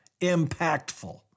impactful